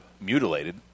mutilated